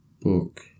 Book